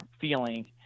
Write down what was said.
feeling